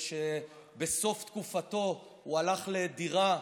שבסוף תקופתו הוא הלך לדירה,